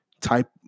type